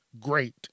great